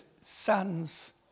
son's